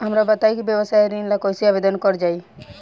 हमरा बताई कि व्यवसाय ऋण ला कइसे आवेदन करल जाई?